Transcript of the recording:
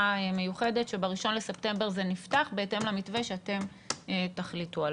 מיוחדת שב-1 בספטמבר זה נפתח בהתאם למתווה שאתם תחליטו עליו.